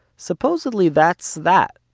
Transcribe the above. supposedly, that's that.